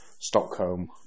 Stockholm